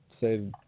say